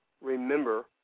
remember